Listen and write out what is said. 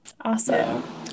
awesome